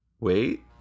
Wait